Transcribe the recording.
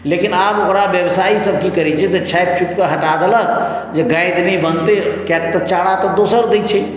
लेकिन आब ओकरा व्यवसायीसभ की करैत छै तऽ छाँटि छुटि कऽ हटा देलक जे गादि नहि बनतै किएक तऽ चारा तऽ दोसर दैत छै